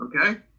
Okay